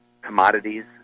commodities